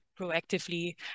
proactively